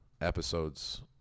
episodes